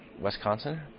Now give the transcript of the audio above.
Wisconsin